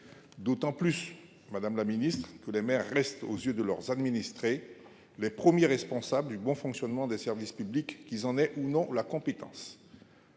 d'autant plus qu'ils restent, aux yeux de leurs administrés, les premiers responsables du bon fonctionnement des services publics, qu'ils en aient ou non la compétence.